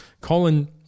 Colin